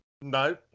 No